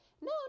no